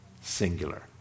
singular